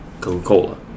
Coca-Cola